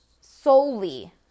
solely